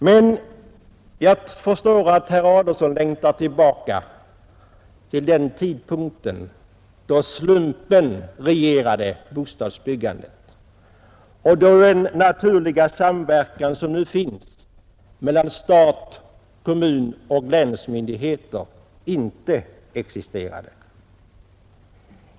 Men jag förstår att herr Adolfsson längtar tillbaka till den tidpunkt då slumpen regerade bostadsbyggandet och då den naturliga samverkan som nu finns mellan stat, kommun och länsmyndigheter inte existerade.